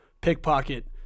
pickpocket